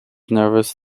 nervous